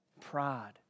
pride